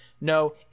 No